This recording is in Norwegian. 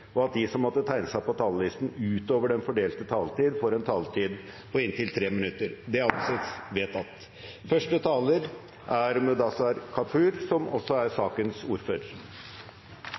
og at de som måtte tegne seg på talerlisten utover den fordelte taletid, får en taletid på inntil 3 minutter. – Det anses vedtatt. Mediemangfold er